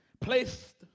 placed